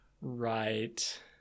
Right